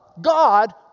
God